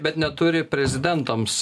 bet neturi prezidentams